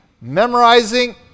memorizing